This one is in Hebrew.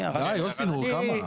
די, יוסי, נו, כמה?